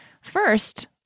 First